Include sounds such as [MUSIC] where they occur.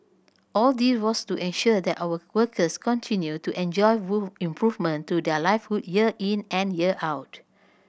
all this was to ensure that our workers continued to enjoy [UNINTELLIGIBLE] improvement to their livelihood year in and year out